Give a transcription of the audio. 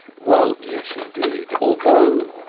well yes, indeed. although